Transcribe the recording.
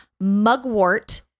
mugwort